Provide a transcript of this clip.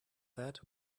that